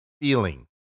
feeling